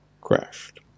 crashed